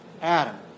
Adam